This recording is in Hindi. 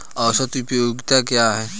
औसत उपयोगिता क्या है?